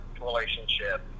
relationship